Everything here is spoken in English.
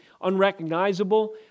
unrecognizable